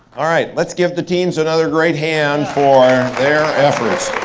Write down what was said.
all right, let's give the teams another great hand for their efforts.